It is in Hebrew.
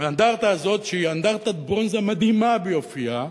והאנדרטה הזו, שהיא אנדרטת ברונזה מדהימה ביופיה,